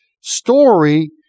story